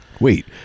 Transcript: Wait